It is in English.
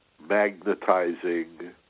magnetizing